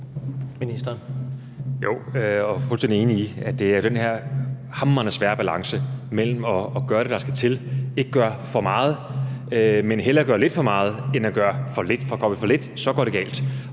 jeg er fuldstændig enig i, at det er den her hamrende svære balance mellem at gøre det, der skal til, og ikke gøre for meget. Men hellere gøre lidt for meget end at gøre for lidt, for gør vi for lidt, går det galt.